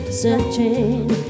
searching